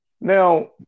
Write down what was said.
Now